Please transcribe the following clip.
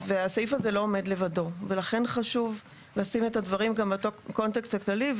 והסעיף הזה לא עומד לבדו ולכן חשוב לשים את הדברים בקונטקסט הכללי.